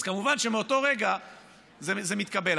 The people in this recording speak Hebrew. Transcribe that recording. אז כמובן מאותו רגע זה מתקבל,